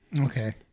Okay